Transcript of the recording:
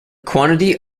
quantity